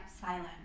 silent